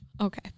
Okay